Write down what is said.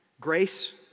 Grace